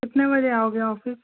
कितने बजे आओगे ऑफ़िस